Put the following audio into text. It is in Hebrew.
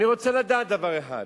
אני רוצה לדעת דבר אחד.